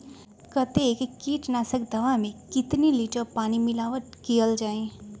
कतेक किटनाशक दवा मे कितनी लिटर पानी मिलावट किअल जाई?